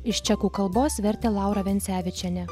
iš čekų kalbos vertė laura vencevičienė